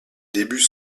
débuts